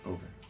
Okay